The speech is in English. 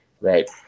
right